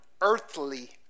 earthly